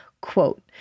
Quote